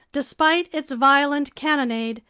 despite its violent cannonade,